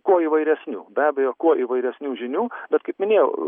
kuo įvairesnių be abejo kuo įvairesnių žinių bet kaip minėjau